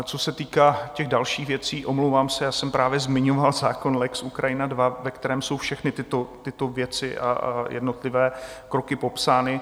Co se týká dalších věcí, omlouvám se, já jsem právě zmiňoval zákon lex Ukrajina II, ve kterém jsou všechny tyto věci a jednotlivé kroky popsány.